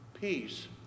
Peace